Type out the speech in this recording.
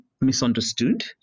misunderstood